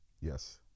yes